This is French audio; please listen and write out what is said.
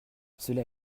cela